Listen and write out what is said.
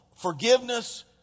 Forgiveness